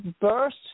burst